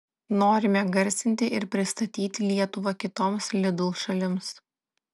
norime garsinti ir pristatyti lietuvą kitoms lidl šalims